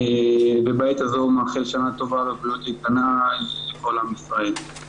ובעת הזאת מאחל שנה טובה ובריאות איתנה לכל עם ישראל.